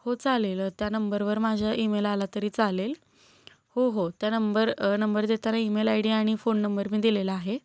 हो चालेल त्या नंबरवर माझ्या ईमेल आला तरी चालेल हो हो त्या नंबर नंबर देताना ईमेल आय डी आणि फोन नंबर मी दिलेला आहे